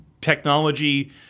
technology